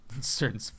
certain